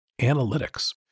analytics